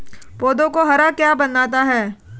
पौधों को हरा क्या बनाता है?